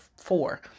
four